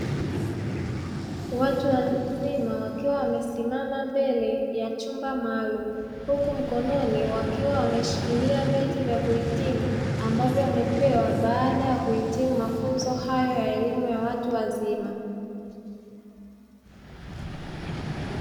Watu wazima wakiwa wamesimama mbele ya chumba maalum, huku mkononi wakiwa wameshikilia vyeti vya kuhitimu ambavyo wamepewa baada ya kuhitimu mafunzo hayo ya elimu ya watu wazima.